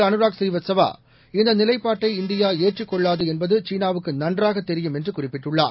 அனுராக் ஹீவஸ்தவா இந்த நிலைப்பாட்டை இந்தியா ஏற்றுக்கொள்ளது என்பது சீனாவுக்கு நன்றாகத் தெரியும் என்று குறிப்பிட்டுள்ளார்